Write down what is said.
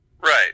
Right